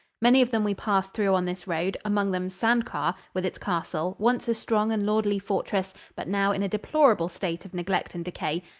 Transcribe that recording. many of them we passed through on this road, among them sandquhar, with its castle, once a strong and lordly fortress but now in a deplorable state of neglect and decay,